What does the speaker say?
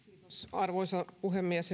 arvoisa puhemies